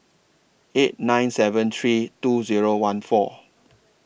eight nine seven three two Zero one four